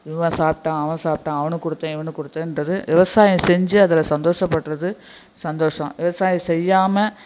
இவன் சாப்பிட்டான் அவன் சாப்பிட்டான் அவனுக்கு கொடுத்தேன் இவனுக்கு கொடுத்தேன்றது விவசாயம் செஞ்சு அதில் சந்தோஷப்படுறது சந்தோசம் விவசாயம் செய்யாமல்